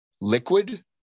liquid